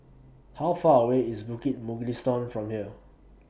How Far away IS Bukit Mugliston from here